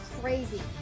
crazy